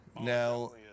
Now